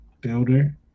builder